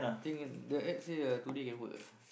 I think the ad say uh today can work ah